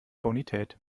bonität